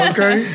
Okay